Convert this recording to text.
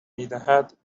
میدهد